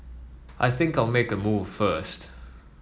I think I'll make a move first